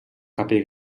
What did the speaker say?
capell